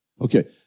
Okay